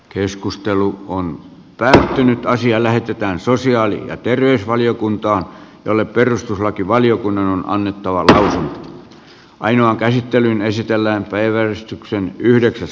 keskustelu on päättynyt ja asia lähetetään sosiaali sellaisiin tilanteisiin joissa sitä on annettava tosin ainoa käsittelyyn esitellään välttämätöntä saada